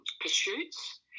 pursuits